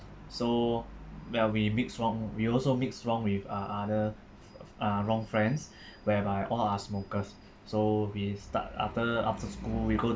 so where we mix wrong we also mix wrong with uh other uh wrong friends whereby all are smokers so we start after after school we go